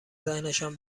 ذهنشان